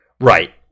Right